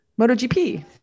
MotoGP